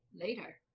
later